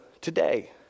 today